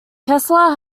kessler